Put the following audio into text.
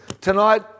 tonight